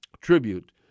tribute